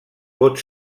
pot